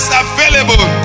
available